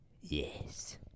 Yes